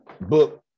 book